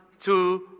two